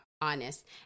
honest